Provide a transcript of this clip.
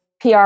PR